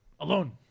Alone